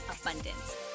abundance